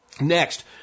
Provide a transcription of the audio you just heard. Next